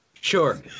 sure